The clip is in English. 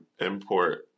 import